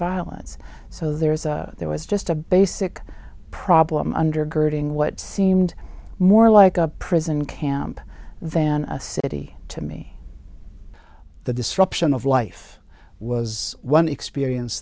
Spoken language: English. violence so there is a there was just a basic problem undergirding what seemed more like a prison camp than a city to me the disruption of life was one experience